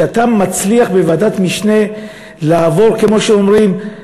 כשאתה מצליח בוועדת משנה לעבור, כמו שאומרים,